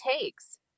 takes